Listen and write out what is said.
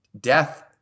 death